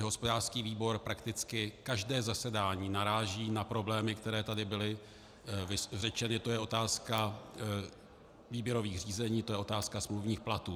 Hospodářský výbor prakticky každé zasedání naráží na problémy, které tady byly v diskusi řečeny: to je otázka výběrových řízení, to je otázka smluvních platů.